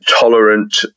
tolerant